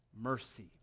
Mercy